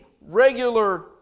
regular